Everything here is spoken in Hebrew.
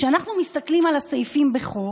כשאנחנו מסתכלים על הסעיפים בחוק,